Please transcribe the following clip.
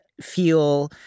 feel